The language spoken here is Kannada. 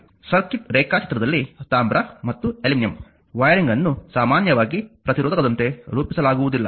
ಸರ್ಕ್ಯೂಟ್ ರೇಖಾಚಿತ್ರದಲ್ಲಿ ತಾಮ್ರ ಮತ್ತು ಅಲ್ಯೂಮಿನಿಯಂ ವೈರಿಂಗ್ ಅನ್ನು ಸಾಮಾನ್ಯವಾಗಿ ಪ್ರತಿರೋಧಕದಂತೆ ರೂಪಿಸಲಾಗುವುದಿಲ್ಲ